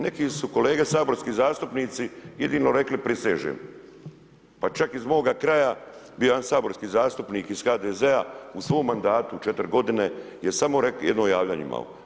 Neki su kolege saborski zastupnici jedino rekli prisežem, pa čak iz moga kraja bio je jedan saborski zastupnik iz HDZ-a u svom mandatu četiri godine je samo jedno javljanje imao.